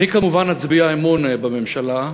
אני כמובן אצביע אמון בממשלה,